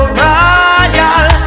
royal